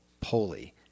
Poli